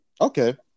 Okay